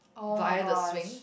via the swing